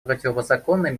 противозаконной